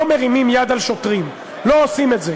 לא מרימים יד על שוטרים, לא עושים את זה.